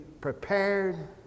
prepared